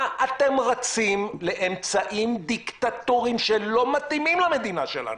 למה אתם רצים לאמצעים דיקטטורים שלא מתאימים למדינה שלנו.